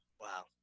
wow